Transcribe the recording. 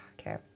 okay